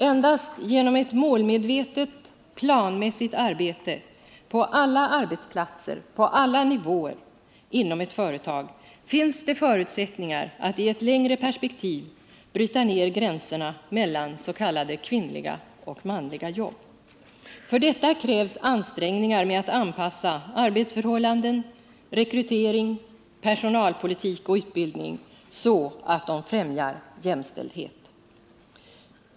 Endast genom ett målmedvetet, planmässigt arbete på alla arbetsplatser och på alla nivåer inom ett företag finns det förutsättningar att i ett längre perspektiv bryta ner gränserna mellan s.k. kvinnliga och manliga jobb. För detta krävs ansträngningar med att anpassa arbetsförhållanden, rekrytering, personalpolitik och utbildning så att de främjar jämställdhet.